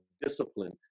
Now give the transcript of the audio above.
discipline